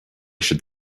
should